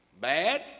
bad